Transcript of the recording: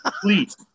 please